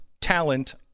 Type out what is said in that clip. talent